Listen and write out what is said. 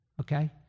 okay